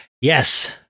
Yes